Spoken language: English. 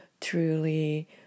truly